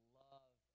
love